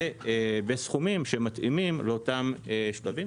ובסכומים שמתאימים לאותם שלבים,